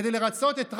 כדי לרצות את רע"מ,